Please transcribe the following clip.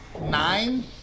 nine